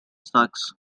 sucks